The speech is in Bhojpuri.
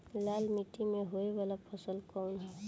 लाल मीट्टी में होए वाला फसल कउन ह?